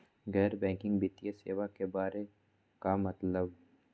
गैर बैंकिंग वित्तीय सेवाए के बारे का मतलब?